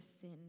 sin